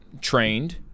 trained